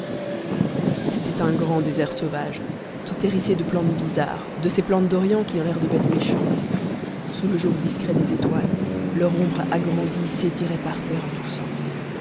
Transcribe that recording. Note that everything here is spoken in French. c'était un grand désert sauvage tout hérissé de plantes bizarres de ces plantes d'orient qui ont l'air de bêtes méchantes sous le jour discret des étoiles leur ombre agrandie s'étirait par terre en tous sens